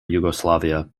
yugoslavia